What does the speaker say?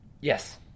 Yes